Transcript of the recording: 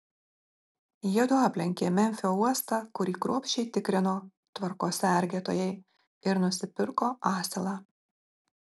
jiedu aplenkė memfio uostą kurį kruopščiai tikrino tvarkos sergėtojai ir nusipirko asilą